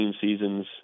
seasons